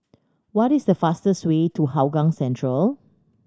what is the fastest way to Hougang Central